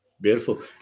beautiful